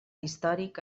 històric